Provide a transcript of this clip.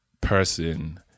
person